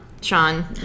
Sean